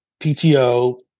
PTO